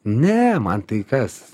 ne man tai kas